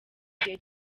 igihe